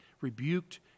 rebuked